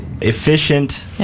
efficient